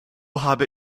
habe